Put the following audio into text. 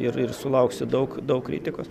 ir ir sulauksi daug daug kritikos